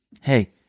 Hey